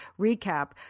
recap